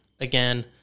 again